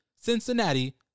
Cincinnati